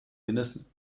mindestens